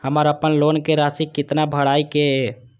हमर अपन लोन के राशि कितना भराई के ये?